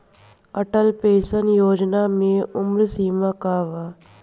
Atal pension योजना मे उम्र सीमा का बा?